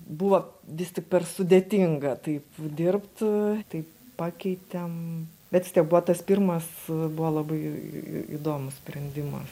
buvo vis tik per sudėtinga taip dirbt taip pakeitėm bet vis tiek buvo tas pirmas buvo labai i įdomus sprendimas